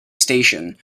station